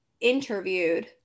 interviewed